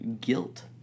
guilt